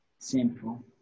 simple